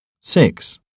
Six